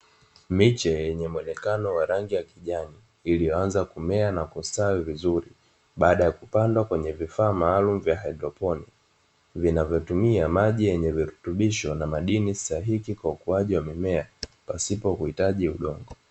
Miche yenye mwonekano wa rangi ya kijani iliyoanza kumea na kustawi vizuri baada ya kupandwa kwenye vifaa maalumu vya Hydroponic vinavyotumia maji yenye virutubisho na madini stahiki kwa ukuaji wa mimea pasipo kuhitaji udongo